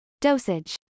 Dosage